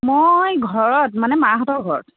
মই ঘৰত মানে মাহঁতৰ ঘৰত